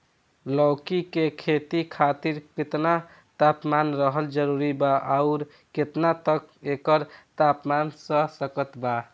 लौकी के खेती खातिर केतना तापमान रहल जरूरी बा आउर केतना तक एकर तापमान सह सकत बा?